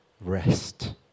rest